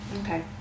Okay